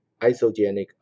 isogenic